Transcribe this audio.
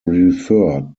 referred